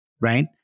right